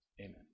Amen